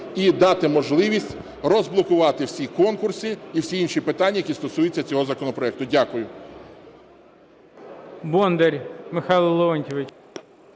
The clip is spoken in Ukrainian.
і дати можливість розблокувати всі конкурси і всі інші питання, які стосуються цього законопроекту. Дякую.